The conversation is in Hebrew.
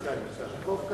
נמצא.